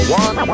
one